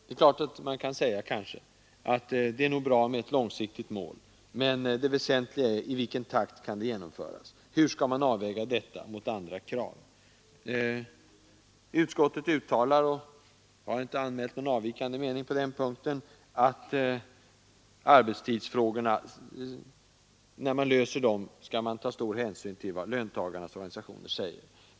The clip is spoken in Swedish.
Det är nog bra med ett långsiktigt mål, men det väsentliga är: I vilken takt kan det uppfyllas? Hur skall det avvägas mot andra krav? Utskottet uttalar — och jag har inte anmält någon avvikande mening på den punkten — att man vid en lösning av arbetstidsfrågorna skall ta stor hänsyn till vad löntagarnas organisationer säger.